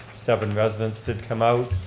seven residents did come out,